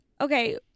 Okay